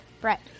Brett